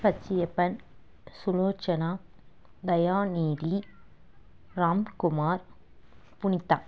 Pachaiyappan Sulochana Dayanidhi Ramkumar Punitha